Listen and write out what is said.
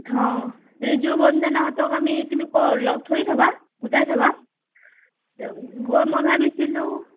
অঁ ৰিজু বন্দনাহঁতক তুমি ক লগ ধৰি থবা গোটাই থবা গৈ মই ভাবিছিলোঁ